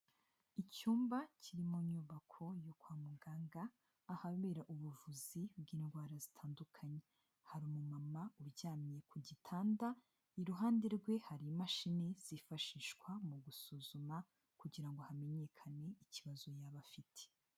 Icyumba kiri mu nyubako yo kwa muganga ahabera ubuvuzi bw'indwara zitandukanye, hari umumama uryamye ku gitanda, iruhande rwe hari imashini zifashishwa mu gusuzuma kugira ngo hamenyekane ikibazo yaba afite.